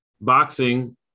Boxing